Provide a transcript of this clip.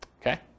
Okay